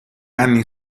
anni